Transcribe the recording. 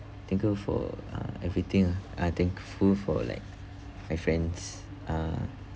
thankful for uh everything ah uh thankful for like my friends uh